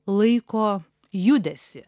laiko judesį